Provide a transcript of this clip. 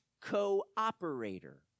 co-operator